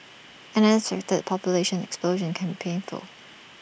an unexpected population explosion can painful